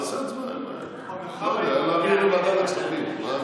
נעשה הצבעה, אין בעיה, להעביר לוועדת הכספים.